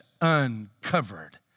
uncovered